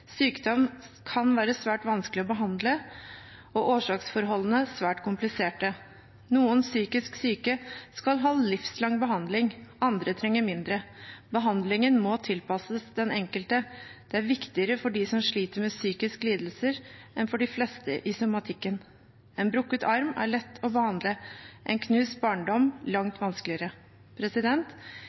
sykdom kan være svært vanskelig å behandle og årsaksforholdene svært kompliserte. Noen psykisk syke skal ha livslang behandling, andre trenger mindre. Behandlingen må tilpasses den enkelte – det er viktigere for dem som sliter med psykiske lidelser, enn for de fleste i somatikken. En brukket arm er lett å behandle, en knust barndom langt vanskeligere.